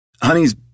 Honey's